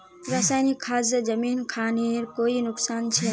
रासायनिक खाद से जमीन खानेर कोई नुकसान छे?